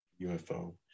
UFO